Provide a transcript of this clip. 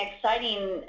exciting